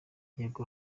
yego